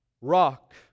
Rock